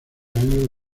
años